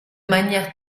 manière